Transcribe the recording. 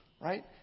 right